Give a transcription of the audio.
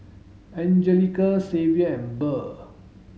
Angelica Xavier and Burr